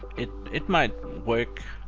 it it might work